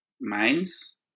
Mines